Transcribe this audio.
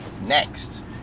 next